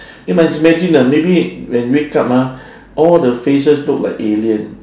you must imagine ah maybe when you wake up ah all the faces look like alien